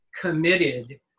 committed